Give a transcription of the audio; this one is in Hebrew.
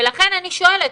לכן אני שואלת,